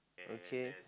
okay